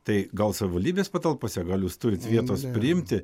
tai gal savivaldybės patalpose gal jūs turit vietos priimti